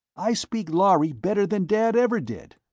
i speak lhari better than dad ever did.